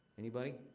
anybody?